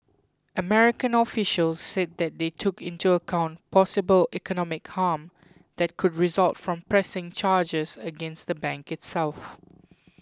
American officials said they took into account possible economic harm that could result from pressing charges against the bank itself